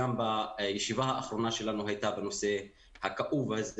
הישיבה האחרונה שלנו הייתה בנושא הכאוב הזה